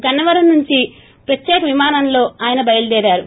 గన్న వరం నుంచి ప్రత్యేక విమానంలో ఆయన బయలుదేరారు